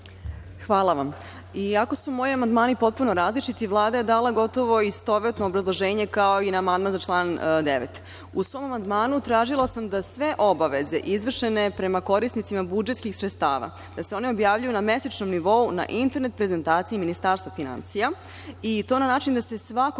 Hvala. Iako su moji amandmani potpuno različiti, Vlada je dala gotovo istovetno obrazloženje kao i na amandman na član 9.U mom amandmanu tražila sam da sve obaveze izvršene prema korisnicima budžetskih sredstava, da se one objavljuju na mesečnom nivou na internet prezentaciji Ministarstva finansija i to na način da se svakog